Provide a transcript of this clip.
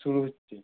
শুরু হচ্ছে